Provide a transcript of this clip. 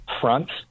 fronts